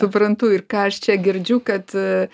suprantu ir ką aš čia girdžiu kad a